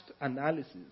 analysis